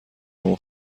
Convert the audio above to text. اون